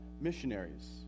missionaries